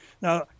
Now